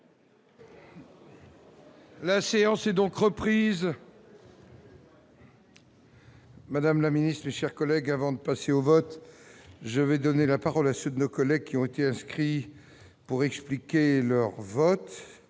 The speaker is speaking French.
La séance est reprise. Madame la ministre, mes chers collègues, avant de passer au vote, je vais donner la parole à ceux de nos collègues qui ont été inscrits pour expliquer leur vote.